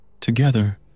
Together